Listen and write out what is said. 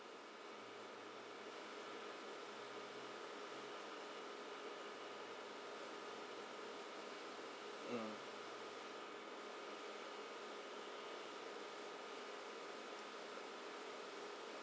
mm